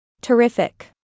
Terrific